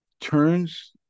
turns